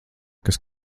kas